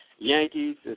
Yankees